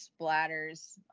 splatters